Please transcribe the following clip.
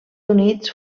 units